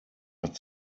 hat